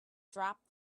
dropped